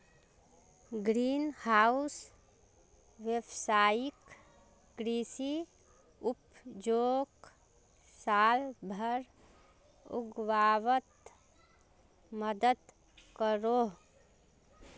green house वैवसायिक कृषि उपजोक साल भर उग्वात मदद करोह